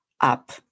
up